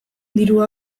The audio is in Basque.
diru